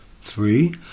Three